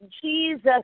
Jesus